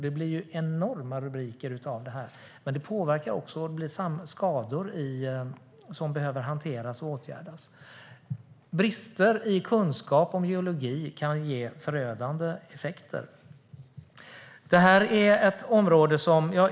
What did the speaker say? Det blir enorma rubriker av detta, men det blir också skador som behöver hanteras och åtgärdas. Kunskapsbrister inom geologi kan ge förödande effekter.